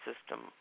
system